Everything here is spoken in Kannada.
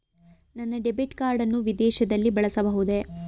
ನನ್ನ ಡೆಬಿಟ್ ಕಾರ್ಡ್ ಅನ್ನು ವಿದೇಶದಲ್ಲಿ ಬಳಸಬಹುದೇ?